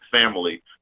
family